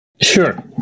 Sure